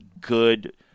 Good